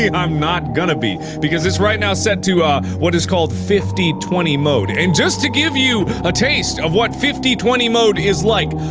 and i'm not gonna be. because this is right now set to what is called fifty twenty mode, and just to give you a taste of what fifty twenty mode is like,